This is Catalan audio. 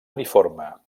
uniforme